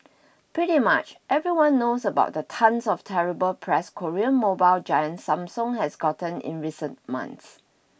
pretty much everyone knows about the tonnes of terrible press Korean mobile giant Samsung has gotten in recent months